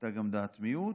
הייתה גם דעת מיעוט,